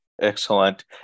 Excellent